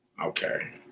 Okay